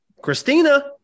Christina